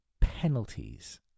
penalties